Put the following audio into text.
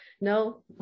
No